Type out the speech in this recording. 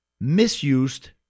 misused